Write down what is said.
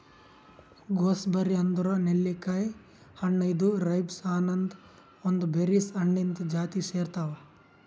gooseberry ಅಂದುರ್ ನೆಲ್ಲಿಕಾಯಿ ಹಣ್ಣ ಇದು ರೈಬ್ಸ್ ಅನದ್ ಒಂದ್ ಬೆರೀಸ್ ಹಣ್ಣಿಂದ್ ಜಾತಿಗ್ ಸೇರ್ತಾವ್